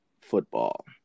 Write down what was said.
football